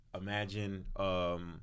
imagine